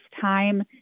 time